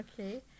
Okay